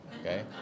okay